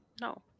No